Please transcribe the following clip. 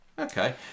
Okay